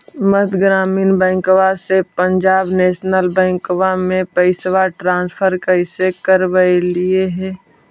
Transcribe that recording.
मध्य ग्रामीण बैंकवा से पंजाब नेशनल बैंकवा मे पैसवा ट्रांसफर कैसे करवैलीऐ हे?